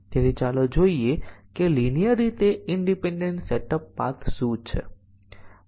હવે ચાલો જોઈએ કે મલ્ટિપલ કંડિશન ડિસીઝન કવરેજ શું છે